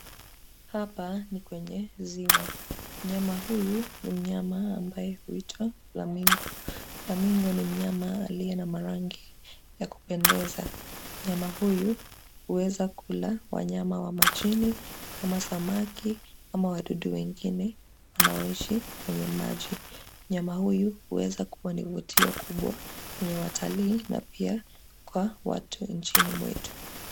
Hapa ni kwenye ziwa. Mnyama huyu ni mnyama ambaye huitwa (cs)flamingo(cs).(cs) Flamingo(cs) ni mnyama aliye na marangi ya kupendeza. Mnyama huyu huweza kula wanyama wa majini kama samaki ama wadudu wengine wanaoishi kwenye maji. Mnyama huyu huweza kuwa ni mvutio mkubwa kwenye watalii na pia watu nchini mwetu.